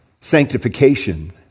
sanctification